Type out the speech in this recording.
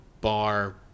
bar